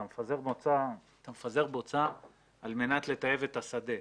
אתה מפזר בוצה על מנת לטייב את השדה.